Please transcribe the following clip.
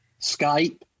Skype